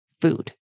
food